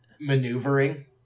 maneuvering